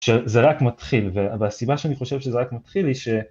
שזה רק מתחיל והסיבה שאני חושב שזה רק מתחיל היא ש...